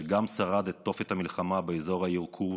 שגם שרד בתופת המלחמה באזור העיר קורסק,